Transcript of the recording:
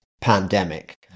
pandemic